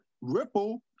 Ripple